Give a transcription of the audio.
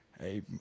hey